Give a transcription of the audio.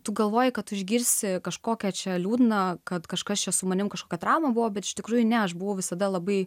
tu galvoji kad tu išgirsi kažkokią čia liūdna kad kažkas čia su manimi kažkas trauma buvo bet iš tikrųjų ne aš buvau visada labai